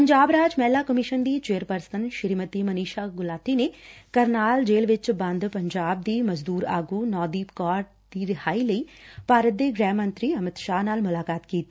ਪੰਜਾਬ ਰਾਜ ਮਹਿਲਾ ਕਮਿਸ਼ਨ ਦੀ ਚੇਅਰਪਰਸਨ ਮਨੀਸ਼ਾ ਗੁਲਾਟੀ ਨੇ ਕਰਨਾਲ ਜੇਲੁ ਵਿਚ ਬੰਦ ਪੰਜਾਬ ਦੀ ਮਜਦੁਰ ਆਗੁ ਨੌਦੀਪ ਕੌਰ ਦੀ ਰਿਹਾਈ ਲਈ ਭਾਰਤ ਦੇ ਗੁਹਿ ਮੰਤਰੀ ਅਮਿਤ ਸ਼ਾਹ ਨਾਲ ਮੁਲਾਕਾਤ ਕੀਤੀ